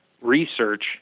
research